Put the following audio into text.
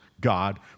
God